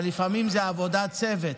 אבל לעיתים זו עבודת צוות.